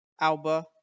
Alba